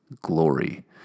glory